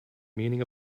meaning